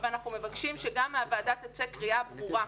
אנחנו מבקשים שגם מהוועדה תצא קריאה ברורה,